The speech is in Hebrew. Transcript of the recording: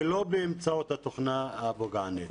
ולא באמצעות התוכנה הפוגענית.